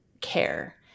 care